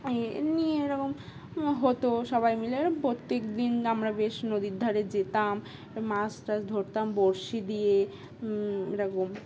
এ নিয়ে এরকম হতো সবাই মিলে এ প্রত্যেক দিন আমরা বেশ নদীর ধারে যেতাম মাছ টাছ ধরতাম বড়শি দিয়ে এরকম